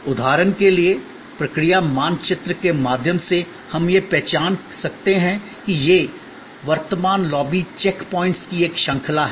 उदाहरण के लिए प्रक्रिया मानचित्र के माध्यम से हम यह पहचान सकते हैं कि यह वर्तमान लॉबी चेक पॉइंट्स की एक श्रृंखला है